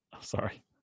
Sorry